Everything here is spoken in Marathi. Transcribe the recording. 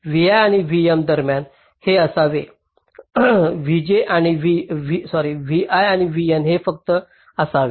vi आणि vm दरम्यान हे असावे vi आणि vn हे फक्त असावे